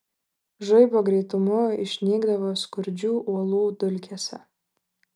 žaibo greitumu išnykdavo skurdžių uolų dulkėse